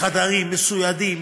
חדרים מסוידים,